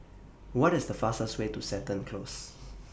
What IS The fastest Way to Seton Close